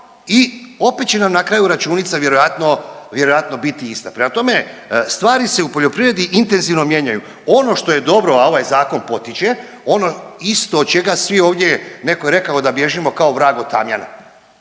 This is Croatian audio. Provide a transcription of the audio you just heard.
i opet će nam na kraju računica vjerojatno biti ista. Prema tome, stvari se u poljoprivredi intenzivno mijenjaju. Ono što je dobro, a ovaj zakon potiče ono isto od čega svi ovdje netko je rekao da bježimo kao vrag od tamjana.